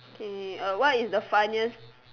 k uh what is the funniest